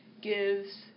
gives